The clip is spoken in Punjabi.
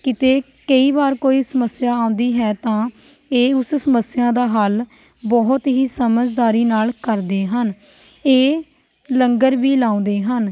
ਕਿਤੇ ਕਈ ਵਾਰ ਕੋਈ ਸਮੱਸਿਆ ਆਉਂਦੀ ਹੈ ਤਾਂ ਇਹ ਉਸ ਸਮੱਸਿਆ ਦਾ ਹੱਲ ਬਹੁਤ ਹੀ ਸਮਝਦਾਰੀ ਨਾਲ਼ ਕਰਦੇ ਹਨ ਇਹ ਲੰਗਰ ਵੀ ਲਾਉਂਦੇ ਹਨ